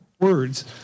Words